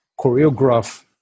choreograph